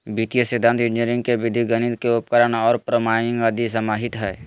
वित्तीय सिद्धान्त इंजीनियरी के विधि गणित के उपकरण और प्रोग्रामिंग आदि समाहित हइ